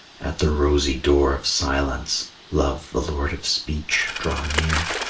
at the rosy door of silence, love, the lord of speech, draw near.